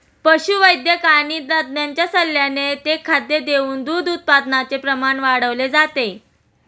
पशुवैद्यक आणि तज्ञांच्या सल्ल्याने ते खाद्य देऊन दूध उत्पादनाचे प्रमाण वाढवले जाते